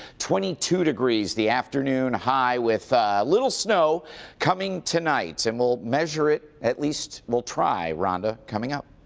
twenty two degrees the afternoon high with a little snow coming tonight. and we'll measure it, at least we'll try, rhonda, coming up.